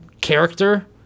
character